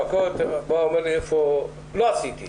אם אתה